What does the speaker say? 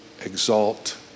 exalt